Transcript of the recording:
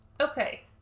Okay